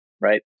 Right